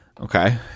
Okay